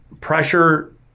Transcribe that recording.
pressure